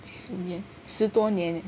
几十年十多年